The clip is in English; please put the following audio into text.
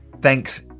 Thanks